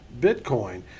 Bitcoin